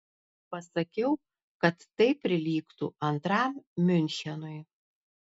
pasakiau kad tai prilygtų antram miunchenui